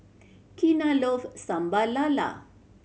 Kenna love Sambal Lala